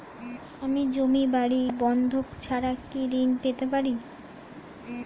আমি জমি বাড়ি বন্ধক ছাড়া কি ঋণ পেতে পারি?